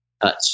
touch